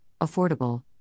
affordable